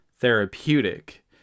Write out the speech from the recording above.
therapeutic